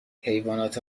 حیوانات